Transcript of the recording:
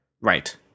Right